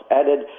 added